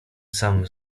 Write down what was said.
samym